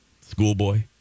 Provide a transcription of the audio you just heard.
schoolboy